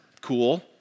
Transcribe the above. cool